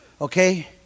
Okay